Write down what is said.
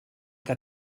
que